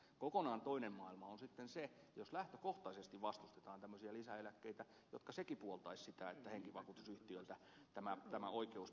kokonaan toinen maailma on sitten se jos lähtökohtaisesti vastustetaan tämmöisiä lisäeläkkeitä mikä sekin puoltaisi sitä että henkivakuutusyhtiöiltä tämä oikeus poistettaisiin